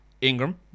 Ingram